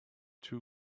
two